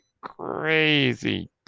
crazy